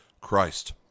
Christ